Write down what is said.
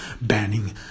banning